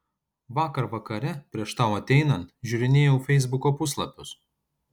vakar vakare prieš tau ateinant žiūrinėjau feisbuko puslapius